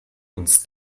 uns